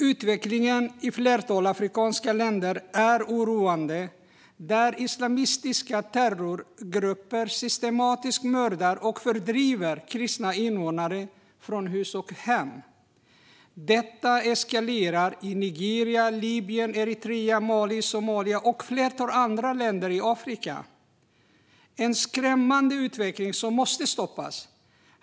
Utvecklingen är oroande i flera afrikanska länder, där islamistiska terrorgrupper systematiskt mördar och fördriver kristna invånare från hus och hem. Detta eskalerar i Nigeria, Libyen, Eritrea, Mali, Somalia och flera andra länder i Afrika. Det är en skrämmande utveckling som måste stoppas.